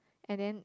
and then